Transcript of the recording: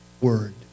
word